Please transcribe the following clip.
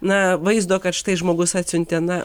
na vaizdo kad štai žmogus atsiuntė na